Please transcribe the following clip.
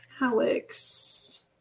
Alex